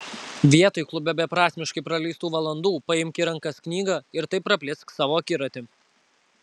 vietoj klube beprasmiškai praleistų valandų paimk į rankas knygą ir taip praplėsk savo akiratį